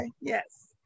yes